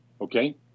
okay